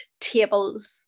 tables